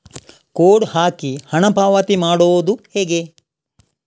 Code ಹಾಕಿ ಹಣ ಪಾವತಿ ಮಾಡೋದು ಹೇಗೆ?